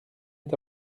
est